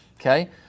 Okay